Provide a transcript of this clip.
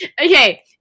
Okay